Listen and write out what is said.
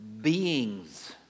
beings